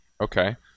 Okay